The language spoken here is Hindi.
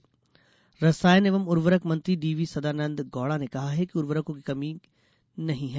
यूरिया रसायन एवं उर्वरक मंत्री डीवी सदानंद गौड़ा ने कहा कि उवर्रकों की कमी की नहीं है